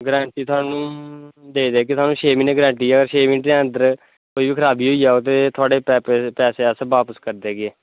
guarantee थोआनूं देड़गै देगे थोआनूं छे म्हीनें दी गरंटी छे म्हीे दे अंदर कोई बी खराबी होई जाह्ग ते थोआढ़े पैसहेअस बापस करी देगे